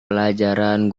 pelajaran